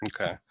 Okay